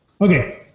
Okay